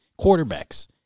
quarterbacks